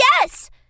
Yes